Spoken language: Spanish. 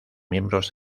miembros